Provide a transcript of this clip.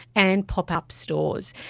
and pop-up stores.